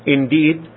Indeed